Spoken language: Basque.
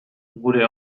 gure